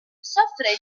soffre